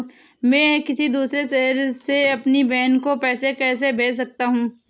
मैं किसी दूसरे शहर से अपनी बहन को पैसे कैसे भेज सकता हूँ?